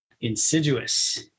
Insidious